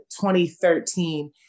2013